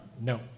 No